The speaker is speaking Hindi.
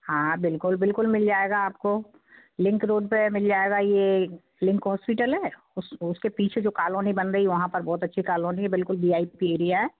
हाँ बिल्कुल बिल्कुल मिल जाएगा आपको लिंक रोड पर मिल जाएगा ये लिंक हॉस्पिटल है उस उसके पीछे जो कालोनी बन रही है वहाँ पर बहुत अच्छी कालोनी है बिल्कुल बी आई पी एरिया है